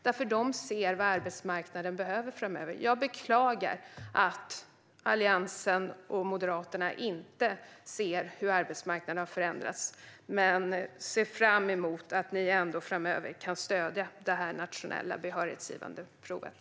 De ser nämligen vad arbetsmarknaden behöver framöver. Jag beklagar att Alliansen och Moderaterna inte ser hur arbetsmarknaden har förändrats. Men jag ser fram emot att ni ändå framöver kan stödja det nationella behörighetsgivande provet.